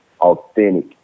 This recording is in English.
authentic